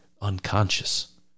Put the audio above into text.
unconscious